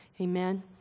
Amen